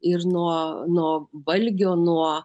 ir nuo nuo valgio nuo